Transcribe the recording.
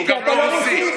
הוא גם לא רוסי.